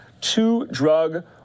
two-drug